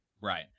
right